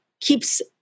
keeps